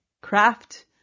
Craft